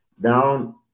down